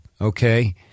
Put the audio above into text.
okay